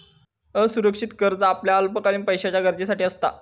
असुरक्षित कर्ज आपल्या अल्पकालीन पैशाच्या गरजेसाठी असता